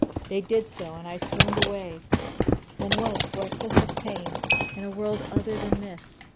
they did so, and i swooned away and was for excess of pain in a world other than this.